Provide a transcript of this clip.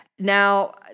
Now